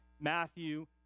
Matthew